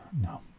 No